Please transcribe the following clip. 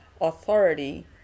authority